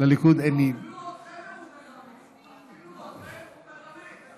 לליכוד אין, אפילו אתכם הוא מרמה.